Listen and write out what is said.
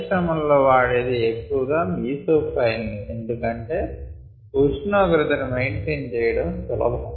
పరిశ్రమల్లో వాడేది ఎక్కువగా మీసో ఫైల్ ని ఎందుకంటే ఉష్ణోగ్రత ని మెయింటైన్ చెయ్యడం సులభం